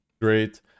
great